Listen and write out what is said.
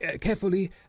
carefully